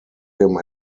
him